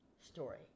story